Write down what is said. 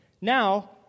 Now